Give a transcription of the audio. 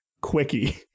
Quickie